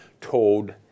told